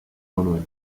manuel